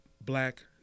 black